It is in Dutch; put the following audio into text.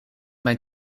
mijn